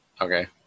Okay